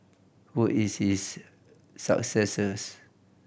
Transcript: who is his successors